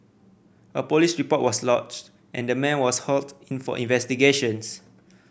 a police report was lodged and the man was hauled in for investigations